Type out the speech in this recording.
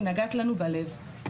נגעת לנו בלב.